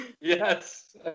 Yes